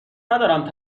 ندارم